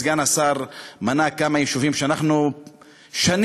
סגן השר מנה כמה יישובים שאנחנו שנים,